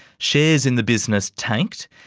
shares in the business tanked,